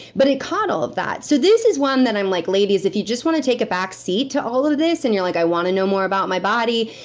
but it caught all of that. so this is one that i'm like, ladies, if you just want to take a back seat to all of this and you're like, i want to know more about my body,